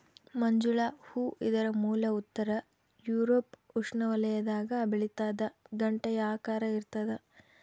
ಮಂಜುಳ ಹೂ ಇದರ ಮೂಲ ಉತ್ತರ ಯೂರೋಪ್ ಉಷ್ಣವಲಯದಾಗ ಬೆಳಿತಾದ ಗಂಟೆಯ ಆಕಾರ ಇರ್ತಾದ